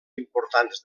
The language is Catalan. importants